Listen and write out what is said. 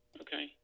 Okay